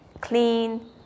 clean